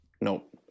Nope